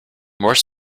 more